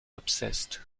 obsessed